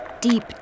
deep